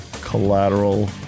collateral